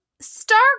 Star